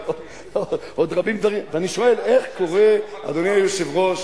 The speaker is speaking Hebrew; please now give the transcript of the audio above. אני שואל איך קורה, אדוני היושב-ראש,